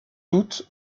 toutes